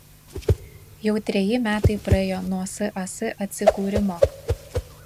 jau treji metai praėjo nuo sas atsikūrimo